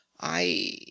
I